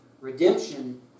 Redemption